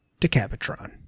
Decapitron